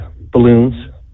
balloons